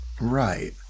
Right